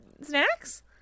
snacks